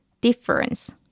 Difference